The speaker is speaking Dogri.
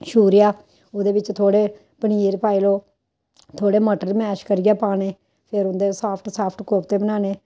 छूरेआ ओह्दे बिच्च थोह्ड़े पनीर पाई लौ थोह्ड़े मटर मैश करियै पाने फिर उं'दे साफ्ट साफ्ट कोपते बनाने